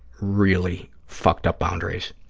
really fucked-up boundaries.